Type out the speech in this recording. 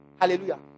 Hallelujah